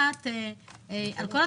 התשואה הממוצעת של השכרה בישראל היא 3%,